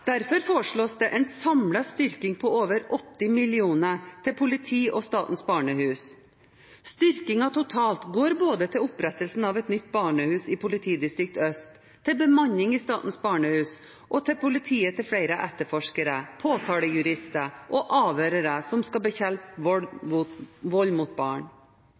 Derfor foreslås det en samlet styrking på over 80 mill. kr til politiet og Statens barnehus. Styrkingen totalt går både til opprettelse av et nytt barnehus i Øst politidistrikt, til bemanning i Statens barnehus og til politiet, til flere etterforskere, påtalejurister og avhørere som skal bekjempe vold mot barn.